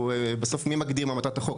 בסוף מי מגדיר מה מטרת החוק?